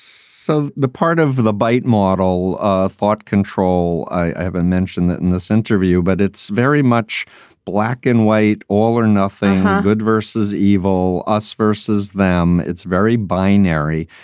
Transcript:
so the part of the bite model ah thought control. i haven't mentioned that in this interview, but it's very much black and white. all or nothing good versus evil, us versus them. it's very binary.